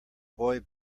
boy